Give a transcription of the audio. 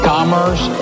Commerce